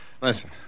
Listen